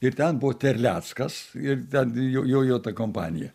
ir ten buvo terleckas ir ten jo jo jo ta kompanija